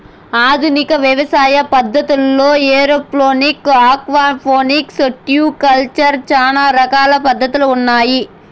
ఆధునిక వ్యవసాయ పద్ధతుల్లో ఏరోఫోనిక్స్, ఆక్వాపోనిక్స్, టిష్యు కల్చర్ ఇలా చానా రకాల పద్ధతులు ఉన్నాయి